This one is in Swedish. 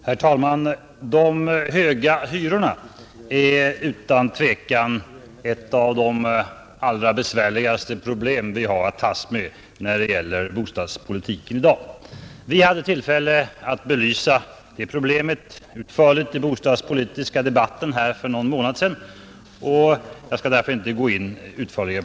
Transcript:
Herr talman! De höga hyrorna är utan tvivel ett av de allra besvärligaste problem man har att brottats med när det gäller bostadspolitiken i dag. Vi hade tillfälle att belysa det problemet utförligt i den bostadspolitiska debatten här i riksdagen för några månader sedan, och jag skall därför inte nu gå in på den saken.